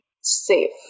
safe